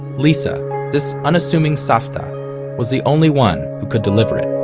lisa this unassuming savta was the only one who could deliver it